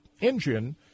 engine